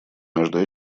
между